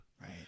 Right